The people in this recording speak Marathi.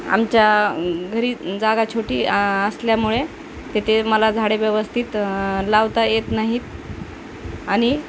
आमच्या घरी जागा छोटी असल्यामुळे तेथे मला झाडे व्यवस्थित लावता येत नाही आहेत आणि